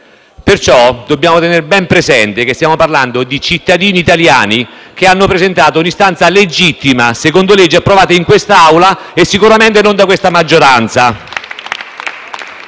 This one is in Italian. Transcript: Pertanto, dobbiamo tenere ben presente che stiamo parlando di cittadini italiani che hanno presentato un’istanza legittima, secondo leggi approvate in quest’Aula e sicuramente non da questa maggioranza.